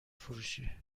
فروشی